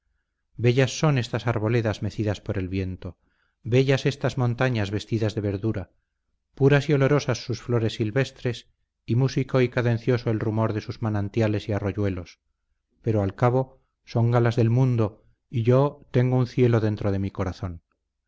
bellas son estas arboledas mecidas por el viento bellas estas montañas vestidas de verdura puras y olorosas sus flores silvestres y músico y cadencioso el rumor de sus manantiales y arroyuelos pero al cabo son galas del mundo y yo tengo un cielo dentro de mi corazón